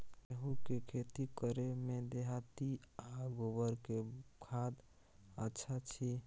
गेहूं के खेती करे में देहाती आ गोबर के खाद अच्छा छी?